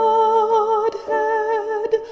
Godhead